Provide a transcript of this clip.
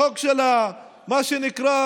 החוק שנקרא,